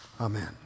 Amen